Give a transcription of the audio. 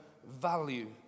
value